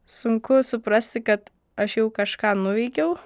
sunku suprasti kad aš jau kažką nuveikiau